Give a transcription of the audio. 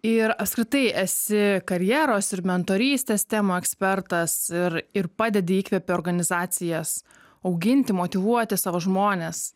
ir apskritai esi karjeros ir mentorystės temų ekspertas ir ir padedi įkvėpi organizacijas auginti motyvuoti savo žmones